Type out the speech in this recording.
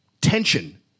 tension